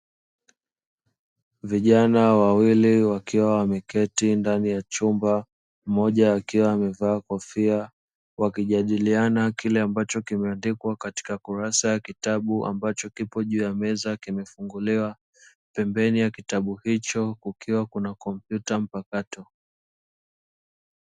Vijana wawili, wakiwa wameketi ndani ya chumba, mmoja akiwa amevaa kofia, wakijadiliana kile ambacho kimeandikwa katika kurasa ya kitabu ambacho kipo juu ya meza kimefunguliwa. Pembeni ya kitabu hicho kukiwa kuna kompyuta mpakato.